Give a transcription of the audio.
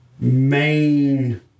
main